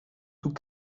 tout